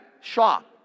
shop